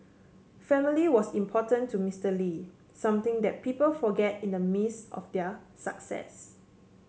family was important to Mister Lee something that people forget in the midst of their success